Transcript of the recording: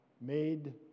made